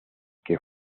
que